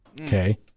Okay